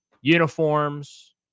uniforms